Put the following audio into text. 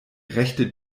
rechte